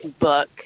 book